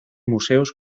museos